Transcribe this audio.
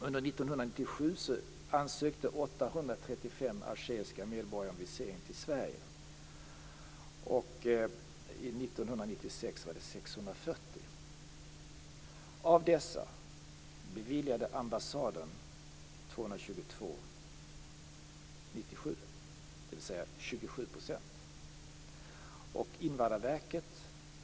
På den konkreta frågan kan jag svara att 835 algeriska medborgare under 1997 ansökte om visering till Sverige. År 1996 var motsvarande antal 640.